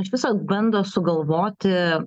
iš viso bando sugalvoti